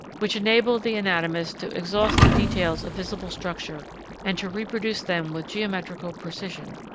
which enable the anatomist to exhaust the details of visible structure and to reproduce them with geometrical precision,